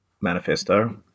manifesto